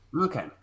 Okay